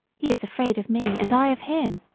he is afraid of me and i of him.